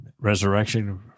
resurrection